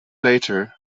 later